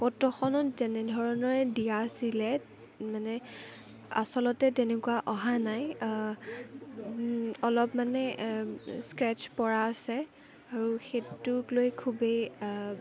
ফটোখনত যেনেধৰণৰে দিয়া আছিলে আচলতে তেনেকুৱা অহা নাই অলপমানে স্ক্ৰেচ্ছ পৰা আছে আৰু সেইটোক লৈ খুবেই